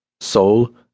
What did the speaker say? soul